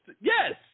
yes